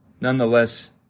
nonetheless